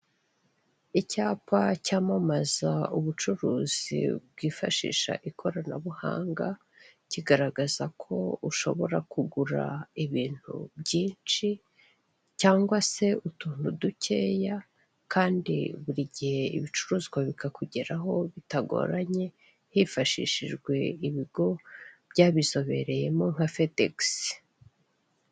Icyapa cyamamaza ubucuruzi bwifashisha ikoranabuhanga, kigaragaza ko ushobora kugura ibintu byinshi cyangwa se utuntu dukeya kandi buri gihe ibicuruzwa bikakugeraho bitagoranye hifashishijwe ibigo nka fedegisi.